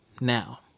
now